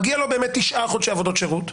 באמת מגיע לו תשעה חודשי עבודות שירות,